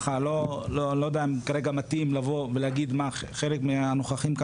לא יודע אם כרגע מתאים מה חלק מהנוכחים כאן